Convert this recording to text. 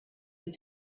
were